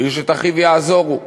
ואיש את אחיו יעזורו.